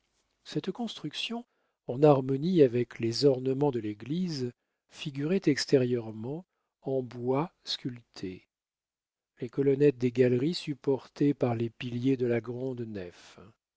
cette construction en harmonie avec les ornements de l'église figurait extérieurement en bois sculpté les colonnettes des galeries supportées par les piliers de la grande nef